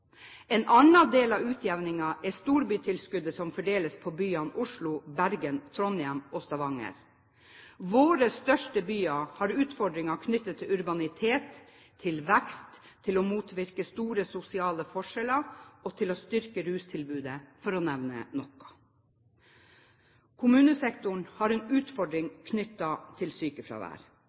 En annen del av utjevningen er storbytilskuddet som fordeles på byene Oslo, Bergen, Trondheim og Stavanger. Våre største byer har utfordringer knyttet til urbanitet, til vekst, til å motvirke store sosiale forskjeller og til å styrke rustilbudet, for å nevne noe. Kommunesektoren har en utfordring knyttet til sykefravær.